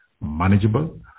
manageable